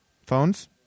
phones